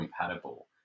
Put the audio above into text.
compatible